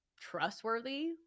trustworthy